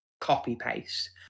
copy-paste